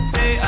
Say